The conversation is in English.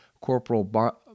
Corporal